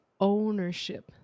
ownership